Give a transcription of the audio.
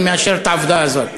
אני מאשר את העובדה הזאת.